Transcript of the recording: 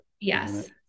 Yes